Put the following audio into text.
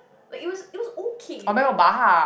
like it was it was okay but